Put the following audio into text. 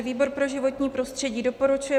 Výbor pro životní prostředí doporučuje